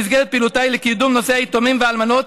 במסגרת פעילותיי לקידום נושא היתומים והאלמנות,